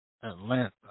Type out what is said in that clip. Atlanta